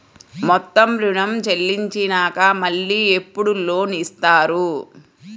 మొత్తం ఋణం చెల్లించినాక మళ్ళీ ఎప్పుడు లోన్ ఇస్తారు?